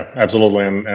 absolutely.